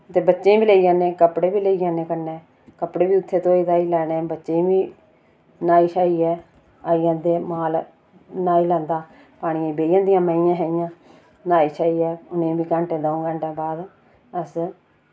ते बच्चें वि लेई जन्ने कपड़े वि लेई जन्ने कन्नै कपड़े वि उत्थै धोई धाई लैने बच्चें वि न्हाई शाइयै आई जन्दे माल न्हाई लैंदा पनिये बेई जन्दियां मेइयां शेइयां नाई शाइयै उ'नें बी घैंटे दाऊं घैंटे बाद अस